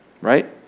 right